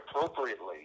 appropriately